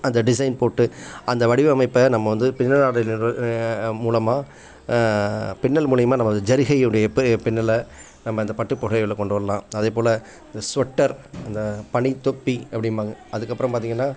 அந்த டிசைன் போட்டு அந்த வடிவமைப்பை நம்ம வந்து பின்னலாடை நிறு மூலமாக பின்னல் மூலிமா நம்ம ஜரிகையுடைய ப பின்னலை நம்ம அந்த பட்டுப் புடவைகளை கொண்டு வரலாம் அதேபோல் இந்த ஸ்வெட்டர் அந்த பனி தொப்பி அப்படின்பாங்க அதுக்கப்புறம் பார்த்திங்கன்னா